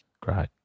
Great